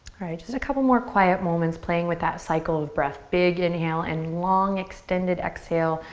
alright, just a couple more quiet moments playing with that cycle of breath. big inhale and long extended exhale,